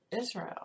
Israel